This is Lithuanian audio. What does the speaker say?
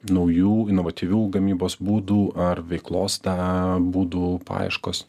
naujų inovatyvių gamybos būdų ar veiklos tą būdų paieškos